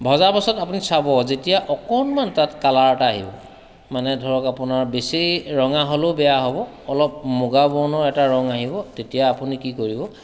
ভজাৰ পাছত আপুনি চাব যেতিয়া অকণমান তাত কালাৰ এটা আহিব মানে ধৰক আপোনাৰ বেছি ৰঙা হ'লেও বেয়া হ'ব অলপ মুগা বৰণৰ এটা ৰং আহিব তেতিয়া আপুনি কি কৰিব